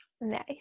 Nice